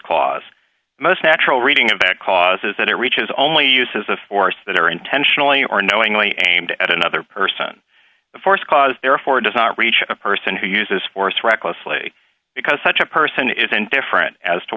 cause most natural reading about causes that it reaches only uses of force that are intentionally or knowingly aimed at another person the force cause therefore does not reach a person who uses force recklessly because such a person is indifferent as to